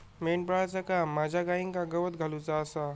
मेंढपाळाचा काम माझ्या गाईंका गवत घालुचा आसा